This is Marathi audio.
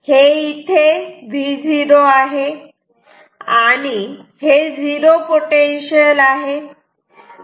हे इथे Vo आहे आणि हे झिरो पोटेन्शियल आहे